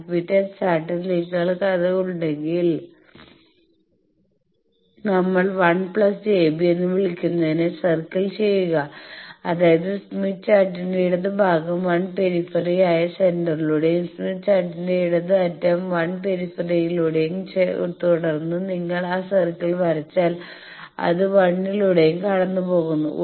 admittance ചാർട്ടിൽ നിങ്ങൾക്കത് ഉണ്ടെങ്കിൽ നമ്മൾ 1 പ്ലസ് jb എന്ന് വിളിക്കുന്നതിനെ സർക്കിൾ ചെയുക അതായത് സ്മിത്ത് ചാർട്ടിന്റെ ഇടത് ഭാഗം 1 പെരിഫെറി ആയ സെന്ററിലൂടെയും സ്മിത്ത് ചാർട്ടിന്റെ ഇടത് അറ്റം 1 പെരിഫെറിയി ലൂടെയും തുടർന്ന് നിങ്ങൾ ആ സർക്കിൾ വരച്ചാൽ അത് 1 ലൂടെയും കടന്നുപോകുന്നു